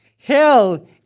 hell